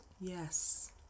Yes